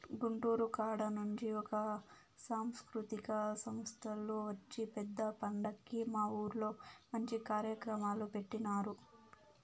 గుంటూరు కాడ నుంచి ఒక సాంస్కృతిక సంస్తోల్లు వచ్చి పెద్ద పండక్కి మా ఊర్లో మంచి కార్యక్రమాలు పెట్టినారు